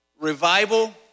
Revival